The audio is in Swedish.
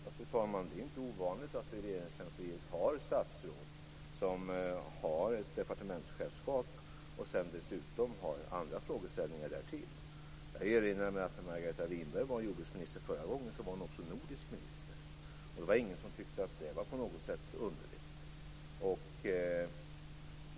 Fru talman! Det är inte ovanligt att vi i Regeringskansliet har ett statsråd som har ett departementschefskap och dessutom andra frågor därtill. Jag erinrar mig att när Margareta Winberg var jordbruksminister förra gången var hon också nordisk minister. Det var ingen som tyckte att det på något sätt var underligt.